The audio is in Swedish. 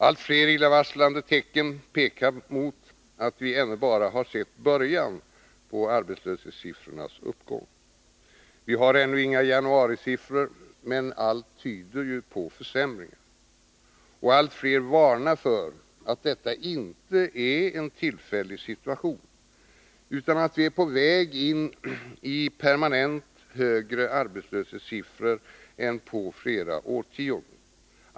Allt fler illavarslande tecken pekar mot att vi ännu bara har sett början på arbetslöshetssiffrornas uppgång. Vi har ännu inga januarisiffror, men allt tyder på försämringar. Och allt flera varnar för att detta inte är en tillfällig situation, utan att vi är på väg mot permanent högre arbetslöshetssiffror än på flera årtionden.